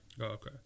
Okay